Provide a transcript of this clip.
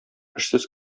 эшсез